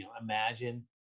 Imagine